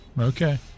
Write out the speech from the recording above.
Okay